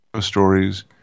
stories